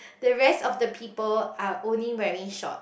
the rest of the people are only wearing shorts